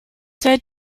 said